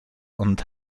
und